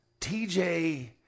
TJ